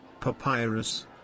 Papyrus